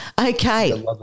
Okay